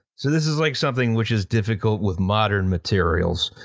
so this is like something which is difficult with modern materials,